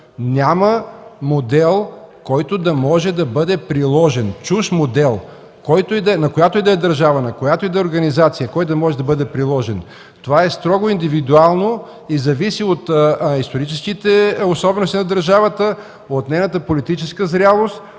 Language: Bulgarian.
няма модел, който да може да бъде приложен – чужд модел, на която и да е държава, на която и да е организация. Това е строго индивидуално и зависи от историческите особености на държавата, от нейната политическа зрялост,